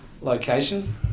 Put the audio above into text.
location